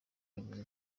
bivuze